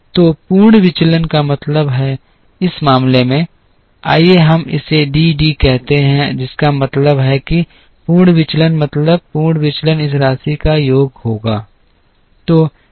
तो पूर्ण विचलन का मतलब है इस मामले में आइए हम इसे d d कहते हैं जिसका मतलब है कि पूर्ण विचलन मतलब पूर्ण विचलन इस राशि का योग होगा